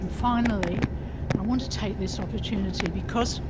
and finally i want to take this opportunity because